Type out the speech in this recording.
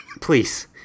Please